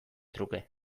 truke